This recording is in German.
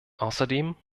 außerdem